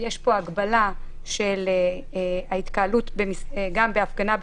ויש הגבלה של ההתקהלות גם בהפגנה,